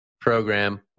program